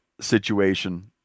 situation